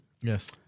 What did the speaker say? Yes